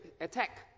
attack